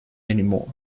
anymore